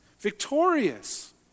Victorious